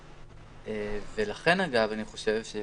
לכן אגב אני חושב,